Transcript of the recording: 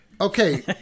Okay